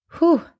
whoo